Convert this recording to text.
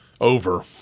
Over